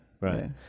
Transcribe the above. Right